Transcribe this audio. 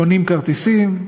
קונים כרטיסים,